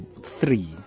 three